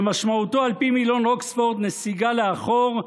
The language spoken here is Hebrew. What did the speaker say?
שמשמעותו על פי מילון אוקספורד נסיגה לאחור,